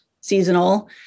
seasonal